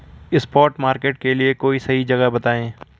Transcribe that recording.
spot market के लिए कोई सही जगह बताएं